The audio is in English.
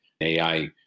AI